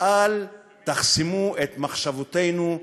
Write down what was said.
ואל תחסמו את מחשבותינו,